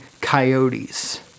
Coyotes